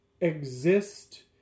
exist